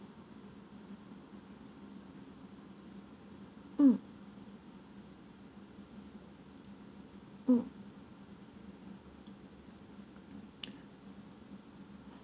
mm mm